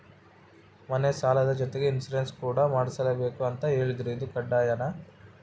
ಮನೆ ಸಾಲದ ಜೊತೆಗೆ ಇನ್ಸುರೆನ್ಸ್ ಕೂಡ ಮಾಡ್ಸಲೇಬೇಕು ಅಂತ ಹೇಳಿದ್ರು ಇದು ಕಡ್ಡಾಯನಾ?